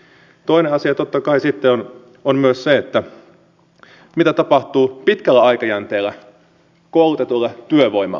toinen asia totta kai sitten on myös se mitä tapahtuu pitkällä aikajänteellä koulutetulle työvoimalle